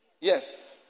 Yes